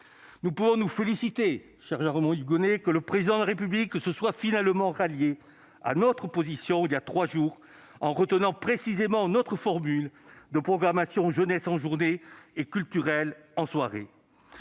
Nous pouvons nous féliciter, cher Jean-Raymond Hugonet, que le Président de la République se soit finalement rallié à notre position il y a trois jours, en retenant précisément notre formule de programmation jeunesse en journée et culturelle en soirée.